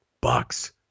Bucks